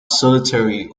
solitary